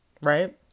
right